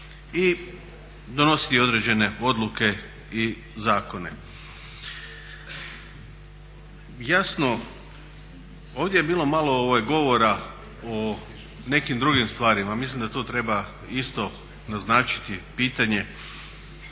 i donositi određene odluke i zakone. Jasno, ovdje je bilo malo govora o nekim drugim stvarima, mislim da to treba isto naznačiti. Jer pitanje